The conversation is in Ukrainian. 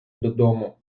додому